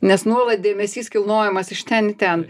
nes nuolat dėmesys kilnojamas iš ten į ten